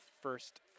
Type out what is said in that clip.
first